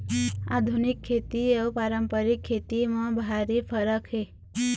आधुनिक खेती अउ पारंपरिक खेती म भारी फरक हे